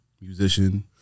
musician